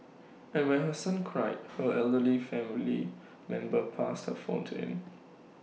and when her son cried her elderly family member passed her phone to him